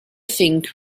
think